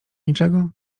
niczego